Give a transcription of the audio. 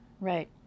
Right